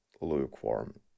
lukewarm